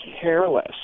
careless